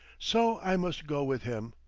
so i must go with him.